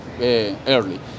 early